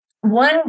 one